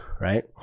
right